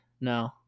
no